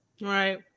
Right